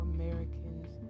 Americans